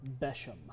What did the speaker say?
Besham